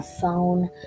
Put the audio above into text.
phone